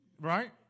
Right